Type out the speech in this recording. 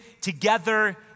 together